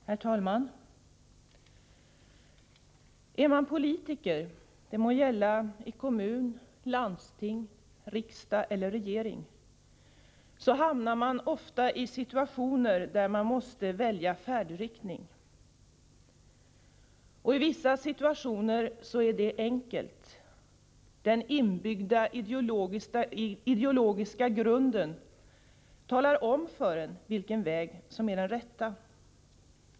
Herr talman! Är man politiker — det må gälla i kommun, landsting, riksdag eller regering — hamnar man ofta i situationer där man måste välja färdriktning. I vissa situationer är det enkelt. Den inbyggda ideologiska grunden talar om för en vilken väg som är den rätta.